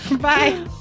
Bye